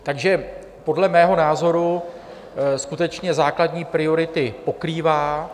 Takže podle mého názoru skutečně základní priority pokrývá.